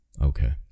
Okay